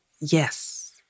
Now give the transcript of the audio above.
Yes